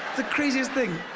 the craziest thing!